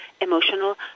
emotional